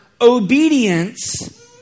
obedience